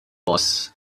boss